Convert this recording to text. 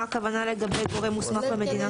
מה הכוונה לגבי גורם מוסמך במדינה?